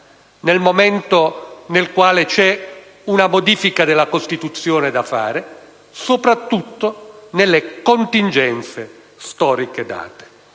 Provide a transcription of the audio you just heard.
nel momento in cui vi è una modifica della Costituzione da fare, soprattutto nelle contingenze storiche date.